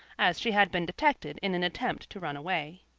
as she had been detected in an attempt to run away.